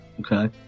Okay